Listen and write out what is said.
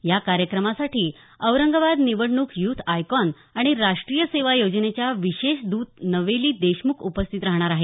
या कार्यक्रमासाठी औरंगाबाद निवडणूक यूथ आयकॉन आणि राष्ट्रीय सेवा योजनेच्या विशेष दृत नवेली देशमुख उपस्थित राहणार आहेत